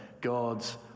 God's